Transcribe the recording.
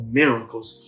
miracles